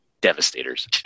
devastators